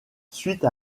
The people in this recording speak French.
suite